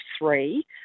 three